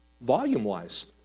Volume-wise